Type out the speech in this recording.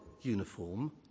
uniform